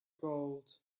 gold